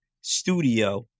studio